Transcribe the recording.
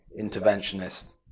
interventionist